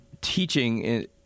teaching